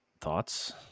thoughts